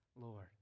Lord